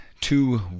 two